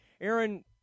Aaron